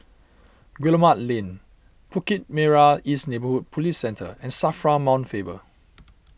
Guillemard Lane Bukit Merah East Neighbourhood Police Centre and Safra Mount Faber